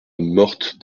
morte